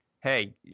hey